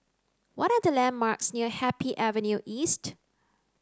what are the landmarks near Happy Avenue East